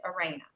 Arena